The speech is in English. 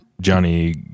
Johnny